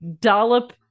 dollop